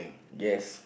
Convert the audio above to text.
yes